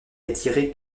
attirer